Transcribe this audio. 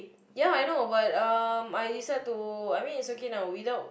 ya I know but um I decide to I mean it's okay now without